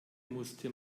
musste